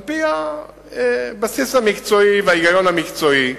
על-פי הבסיס המקצועי וההיגיון המקצועי.